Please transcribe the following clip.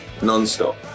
nonstop